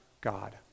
God